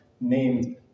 named